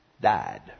died